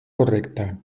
correcta